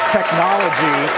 Technology